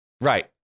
right